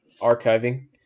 archiving